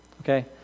okay